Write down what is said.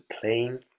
plain